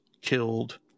killed